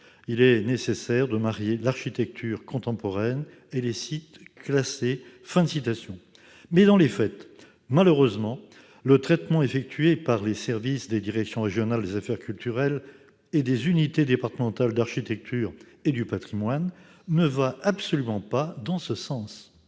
« nécessaire de marier l'architecture contemporaine et les sites classés ». Dans les faits, malheureusement, le traitement réalisé par les services des directions régionales des affaires culturelles et des unités départementales de l'architecture et du patrimoine ne va absolument pas dans ce sens.